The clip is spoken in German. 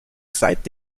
seit